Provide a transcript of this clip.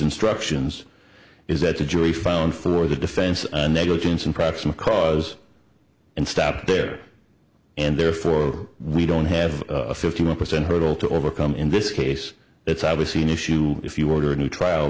instructions is that the jury found for the defense negligence and proximate cause and stop there and therefore we don't have a fifty one percent hurdle to overcome in this case it's obviously an issue if you order a new trial